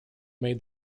made